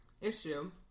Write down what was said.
issue